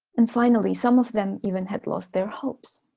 and finally, some of them even had lost their hopes